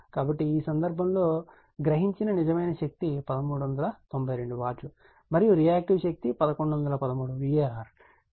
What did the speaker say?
కాబట్టి ఈ సందర్భంలో గ్రహించిన నిజమైన శక్తి 1392 వాట్ మరియు రియాక్టివ్ శక్తి 1113 var